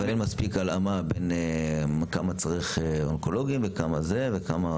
אבל אין מספיק הלאמה בין כמה צריך אונקולוגים וכמה זה וכמה